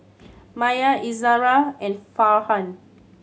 Maya Izzara and Farhan